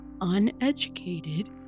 uneducated